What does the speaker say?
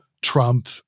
trump